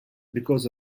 because